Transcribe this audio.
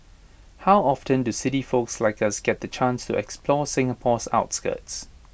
how often do city folks like us get the chance to explore Singapore's outskirts